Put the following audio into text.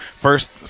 First